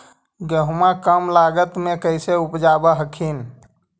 गेहुमा कम लागत मे कैसे उपजाब हखिन?